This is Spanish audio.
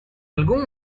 algún